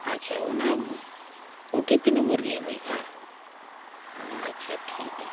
ᱟᱪᱪᱷᱟ ᱚᱱᱟ O T P number ᱜᱮ ᱮᱢ ᱦᱩᱭᱩᱜᱼᱟ ᱟᱪᱪᱷᱟ ᱴᱷᱤᱠ ᱜᱮᱭᱟ